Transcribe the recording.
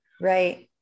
right